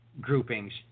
groupings